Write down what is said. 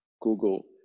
Google